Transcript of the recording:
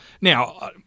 Now